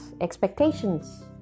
expectations